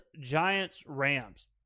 Giants-Rams